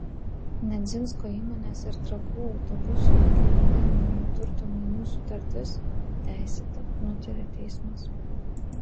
nedzinsko įmonės ir trakų autobusų nekilnojamojo turto mainų sutartis teisėta nutarė teismas